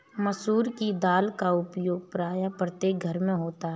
मसूर की दाल का प्रयोग प्रायः प्रत्येक घर में होता है